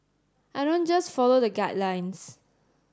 I don't just follow the guidelines